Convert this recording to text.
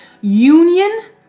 union